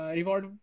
reward